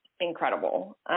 incredible